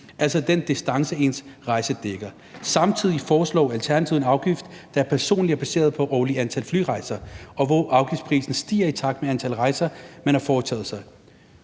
altså den distance, ens rejse dækker. Samtidig foreslår Alternativet en afgift, der er personlig og baseret på årlige antal flyrejser, og hvor afgiften stiger i takt med antal rejser, man har foretaget.